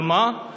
על מה?